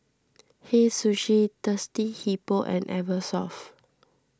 Hei Sushi Thirsty Hippo and Eversoft